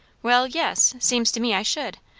well, yes seems to me i should.